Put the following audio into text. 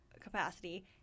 capacity